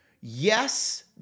yes